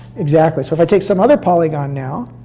exactly. so if i take some other polygon, now,